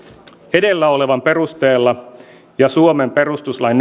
edellä olevan perusteella ja suomen perustuslain